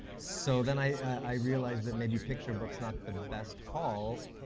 so then, i realized that maybe picture book's not the best call,